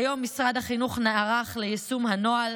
כיום משרד החינוך נערך ליישום הנוהל.